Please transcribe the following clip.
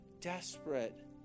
desperate